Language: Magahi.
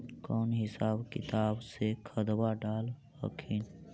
कौन हिसाब किताब से खदबा डाल हखिन?